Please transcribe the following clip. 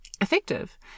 effective